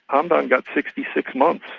and and got sixty six months,